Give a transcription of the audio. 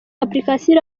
application